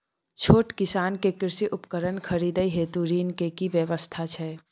छोट किसान के कृषि उपकरण खरीदय हेतु ऋण के की व्यवस्था छै?